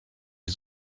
die